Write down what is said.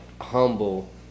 humble